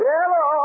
Hello